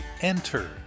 enter